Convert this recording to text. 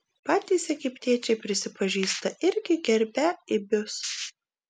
patys egiptiečiai prisipažįsta irgi gerbią ibius